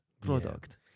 product